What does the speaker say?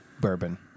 bourbon